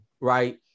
right